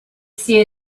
see